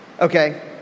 Okay